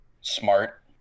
smart